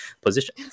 position